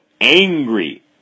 angry